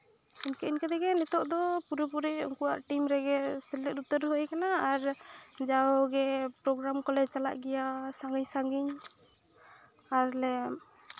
ᱤᱱᱠᱟᱹ ᱤᱱᱠᱟᱹ ᱛᱮᱜᱮ ᱱᱤᱛᱚᱜ ᱫᱚ ᱯᱩᱨᱟᱹ ᱯᱩᱨᱤ ᱩᱱᱠᱩᱣᱟᱜ ᱴᱤᱢ ᱨᱮᱜᱮ ᱥᱮᱞᱮᱫ ᱩᱛᱟᱹᱨ ᱦᱩᱭ ᱟᱠᱟᱱᱟ ᱟᱨ ᱡᱟᱣᱜᱮ ᱯᱨᱚᱜᱨᱟᱢ ᱠᱚᱞᱮ ᱪᱟᱞᱟᱜ ᱜᱮᱭᱟ ᱥᱟᱺᱜᱤᱧ ᱥᱟᱺᱜᱤᱧ ᱟᱨᱞᱮ